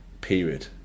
period